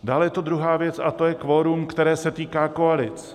Dále je tu druhá věc a to je kvorum, které se týká koalic.